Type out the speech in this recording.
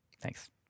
Thanks